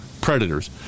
predators